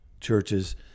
churches